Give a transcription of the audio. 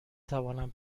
توانم